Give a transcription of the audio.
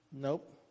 Nope